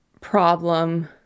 problem